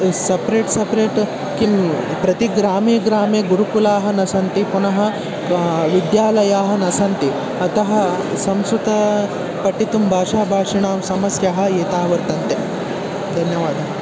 separate separate किं प्रति ग्रामे ग्रामे गुरुकुलाः न सन्ति पुनः विद्यालयाः न सन्ति अतः संस्कृतं पठितुं भाषा भाषिणां समस्याः एताः वर्तन्ते धन्यवादः